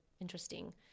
interesting